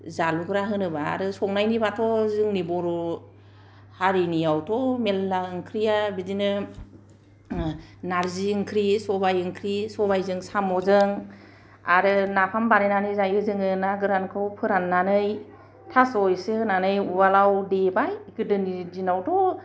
जालुग्रा होनोबा आरो संनायनिबाथ' जोंनि बर' हारिनिआवथ' मेरला ओंख्रिया बिदिनो नारजि ओंख्रि सबाइ ओंख्रि सबाइजों साम'जों आरो नाफाम बानायनानै जायो जोङो ना गोरानखौ फोराननानै थास' एसे होनानै उवालाव देबाय गोदोनि दिनावथ'